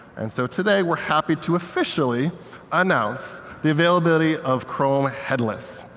and so today we're happy to officially announce the availability of chrome headless.